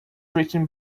written